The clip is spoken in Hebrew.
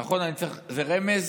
נכון, זה רמז?